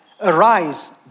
Arise